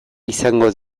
izango